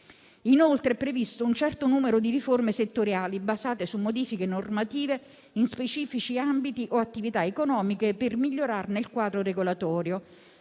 inoltre previsto un certo numero di riforme settoriali basate su modifiche normative in specifici ambiti o attività economiche per migliorarne il quadro regolatorio,